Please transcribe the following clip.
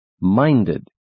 minded